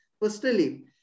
personally